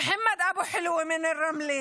מוחמד אבו חלאווה מרמלה,